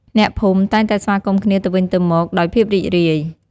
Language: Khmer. អ្នកភូមិ តែងតែស្វាគមន៍គ្នាទៅវិញទៅមកដោយ ភាពរីករាយ។